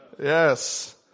Yes